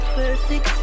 perfect